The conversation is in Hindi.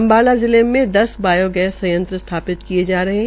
अम्बाला जिले में दस बायोगैस संयंत्र स्थापित किये जा रहे है